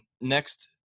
Next